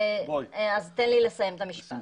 אז תן לי לסיים את המשפט.